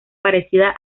parecida